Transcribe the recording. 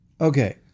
Okay